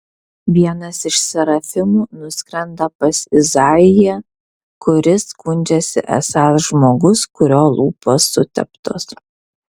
vienas iš serafimų nuskrenda pas izaiją kuris skundžiasi esąs žmogus kurio lūpos suteptos